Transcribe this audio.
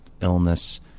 illness